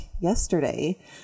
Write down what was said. yesterday